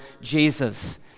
Jesus